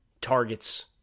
targets